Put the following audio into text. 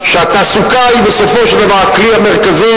שהתעסוקה היא בסופו של דבר הכלי המרכזי